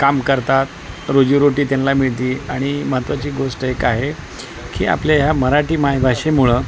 काम करतात रोजीरोटी त्यांना मिळती आणि महत्त्वाची गोष्ट एक आहे की आपल्या ह्या मराठी मायभाषेमुळं